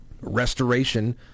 restoration